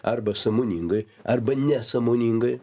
arba sąmoningai arba nesąmoningai